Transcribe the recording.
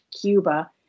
Cuba